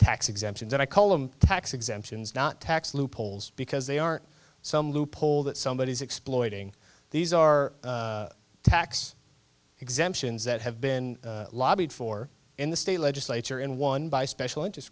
tax exemptions and i call them tax exemptions not tax loopholes because they aren't some loophole that somebody is exploiting these are tax exemptions that have been lobbied for in the state legislature in one by special interest